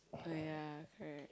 oh yeah correct